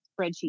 spreadsheet